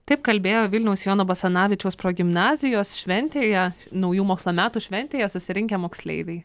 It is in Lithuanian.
taip kalbėjo vilniaus jono basanavičiaus progimnazijos šventėje naujų mokslo metų šventėje susirinkę moksleiviai